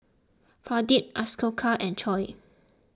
Pradip Ashoka and Choor